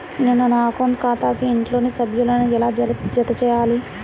నేను నా అకౌంట్ ఖాతాకు ఇంట్లోని సభ్యులను ఎలా జతచేయాలి?